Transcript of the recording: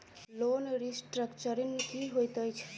Loan restructuring की होइत अछि?